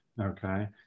Okay